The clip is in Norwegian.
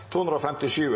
Etter ynske frå